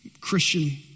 Christian